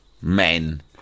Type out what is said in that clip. men